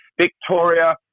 Victoria